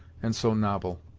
and so novel.